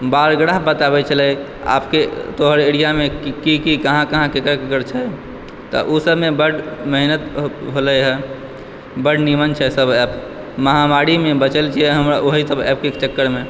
biograph बताबै छलै आपके तोहर एरिया मे की की कहाँ केकर केकर छै तऽ ओ सबमे बड मेहनत होलै हँ बड नीमन छै सब एप महामारी मे बचल छी हमे ओहि सब एप के चक्कर मे